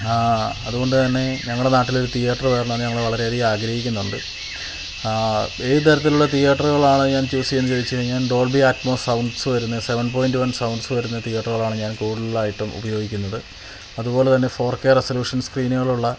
അതുകൊണ്ടുതന്നെ ഞങ്ങളുടെ നാട്ടില് ഒരു തിയേറ്റര് വരണമെന്ന് ഞങ്ങള് വളരെയധികം ആഗ്രഹിക്കുന്നുണ്ട് ഏത് തരത്തിലുള്ള തിയേറ്ററുകളാണ് ഞാന് ചൂസ് ചെയ്യുന്നതെന്ന് ചോദിച്ചു കഴിഞ്ഞാല് ടോള് ബി അറ്റ് സൗണ്ട്സ് വരുന്ന സെവന് പോയിന്റ് വണ് സൗണ്ട്സ് വരുന്ന തിയേറ്ററുകളാണ് ഞാന് കൂടുതലായിട്ടും ഉപയോഗിക്കുന്നത് അതുപോലെതന്നെ ഫോര് കെ റെസലൂഷന് സ്ക്രീനുകളുള്ള